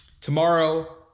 Tomorrow